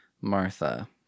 Martha